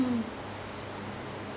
mm